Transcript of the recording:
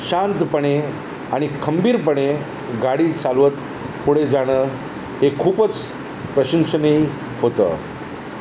शांतपणे आणि खंबीरपणे गाडी चालवत पुढे जाणं हे खूपच प्रशंसनीय होतं